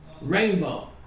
rainbow